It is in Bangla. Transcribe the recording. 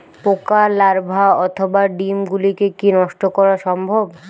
পোকার লার্ভা অথবা ডিম গুলিকে কী নষ্ট করা সম্ভব?